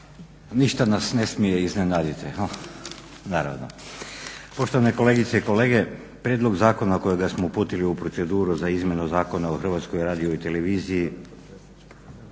Ništa nas ne smije iznenaditi, naravno. Poštovane kolegice i kolege prijedlog zakona kojega smo uputili u proceduru, za izmjenu Zakona o Hrvatskoj radioteleviziji